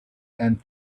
and